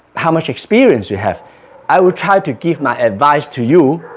how much experience you have i will try to give my advice to you,